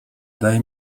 daj